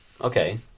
Okay